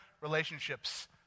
relationships